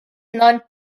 non